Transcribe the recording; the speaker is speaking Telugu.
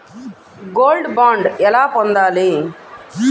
గోల్డ్ బాండ్ ఎలా పొందాలి?